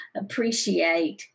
appreciate